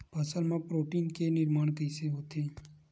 फसल मा प्रोटीन के निर्माण कइसे होथे?